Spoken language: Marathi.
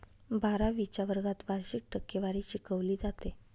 बारावीच्या वर्गात वार्षिक टक्केवारी शिकवली जाते